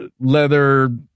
leather